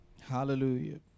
Hallelujah